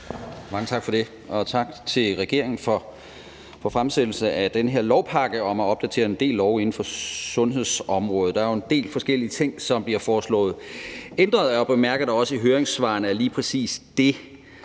Mange tak for det, og tak til regeringen for fremsættelsen af den her lovpakke om at opdatere en del love inden for sundhedsområdet. Der er jo en del forskellige ting, som bliver foreslået ændret, og jeg bemærker da også i høringssvarene, at lige præcis det